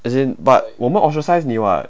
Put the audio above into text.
as in but 我们 ostracise 你 [what]